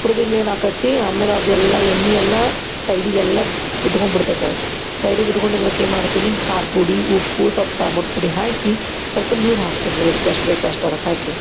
ಹುರ್ದಿಂದು ಏನಾಕೈತಿ ಆಮೇಲೆ ಅದೆಲ್ಲ ಎಣ್ಣೆ ಎಲ್ಲ ಸೈಡಿಗೆಲ್ಲ ಬಿಟ್ಕೊಂಬಿಡ್ತೈತದು ಸೈಡಿಗೆ ಬಿಟ್ಕೊಂಡಿದ್ದದಕ್ಕೆ ಏನು ಮಾಡ್ತೀನಿ ಖಾರ ಪುಡಿ ಉಪ್ಪು ಸ್ವಲ್ಪ ಸಾಂಬಾರು ಪುಡಿ ಹಾಕಿ ಸ್ವಲ್ಪ ನೀರು ಹಾಕ್ತೀನಿ ಅದ್ಕೆ ಎಷ್ಟು ಬೇಕು ಅಷ್ಟು ಅದಕ್ಕೆ ಹಾಕಿ